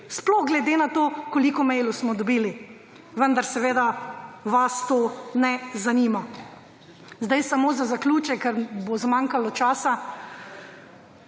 Sploh glede ne to, koliko mailov smo dobili. Vendar seveda vas to ne zanima. Zdaj samo za zaključek, ker bo zmanjkalo časa.